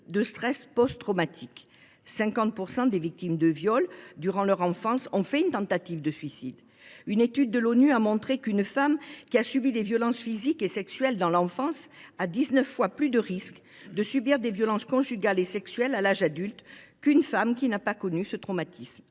de stress post traumatique, 50 % des victimes de viol durant leur enfance ont fait une tentative de suicide. Une étude de l’ONU a montré qu’une femme ayant subi des violences physiques et sexuelles dans l’enfance a dix neuf fois plus de risques de subir des violences conjugales et sexuelles à l’âge adulte qu’une femme qui n’a pas vécu ce traumatisme.